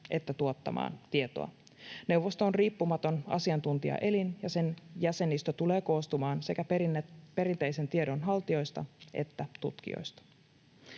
että tuottamaan tietoa. Neuvosto on riippumaton asiantuntijaelin, ja sen jäsenistö tulee koostumaan sekä perinteisen tiedon haltijoista että tutkijoista.